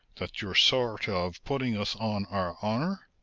that you're sort of putting us on our honor?